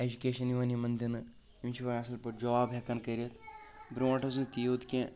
education یِوان یِمن دِنہٕ تِم چھِ وۄنۍ اصٕل پٲٹھۍ جاب ہیٚکان کٔرِتھ بروٗنٛٹھ اوس نہٕ تیوٗت کیٚنٛہہ